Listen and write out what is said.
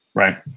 right